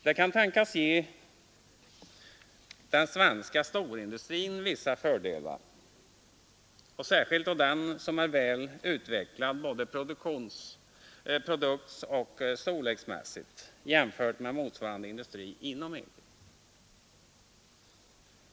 Det kan tänkas ge den svenska storindustrin vissa fördelar och särskilt då den som är väl utvecklad både produktoch storleksmässigt jämfört med motsvarande industri inom EG.